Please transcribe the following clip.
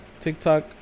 TikTok